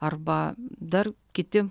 arba dar kiti